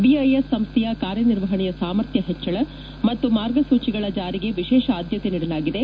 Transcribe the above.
BIS ಸಂಸ್ವೆಯ ಕಾರ್ಯನಿರ್ವಹಣೆಯ ಸಾಮರ್ಥ್ನ ಪೆಚ್ಚಳ ಮತ್ತು ಮಾರ್ಗಸೂಚಿಗಳ ಜಾರಿಗೆ ವಿಶೇಷ ಆದ್ಗತೆ ನೀಡಲಾಗಿದೆ